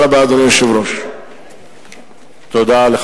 תודה רבה, אדוני היושב-ראש.